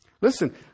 Listen